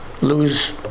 lose